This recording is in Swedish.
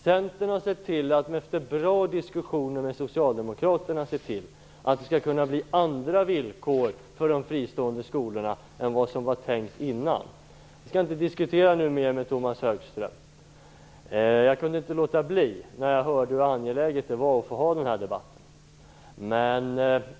Centern har efter bra diskussioner med Socialdemokraterna sett till att det skall kunna bli andra villkor för de fristående skolorna än vad som var tänkt innan. Jag skall nu inte diskutera mera med Tomas Högström. Jag kunde dock inte låta bli när jag hörde hur angeläget det var att få ha den här debatten.